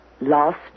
lost